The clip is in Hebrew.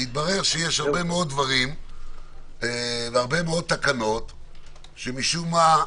והתברר שיש הרבה מאוד תקנות שמשום מה,